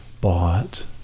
bought